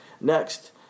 next